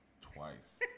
Twice